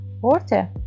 Water